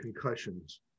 concussions